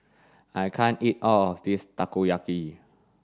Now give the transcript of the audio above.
I can't eat all of this Takoyaki